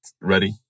ready